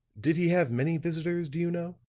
did he have many visitors, do you know?